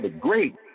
great